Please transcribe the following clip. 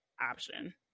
option